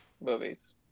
movies